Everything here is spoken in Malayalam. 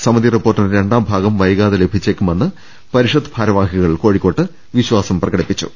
സമിതി റിപ്പോർട്ടിന്റെ രണ്ടാംഭാഗം വൈകാതെ ലഭിച്ചേക്കുമെന്ന് പരിഷത്ത് ഭാരവാഹികൾ കോഴിക്കോട്ട് വിശ്വാസം പ്രകടിപ്പിച്ചു